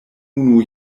unu